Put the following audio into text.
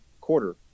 quarter